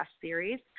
series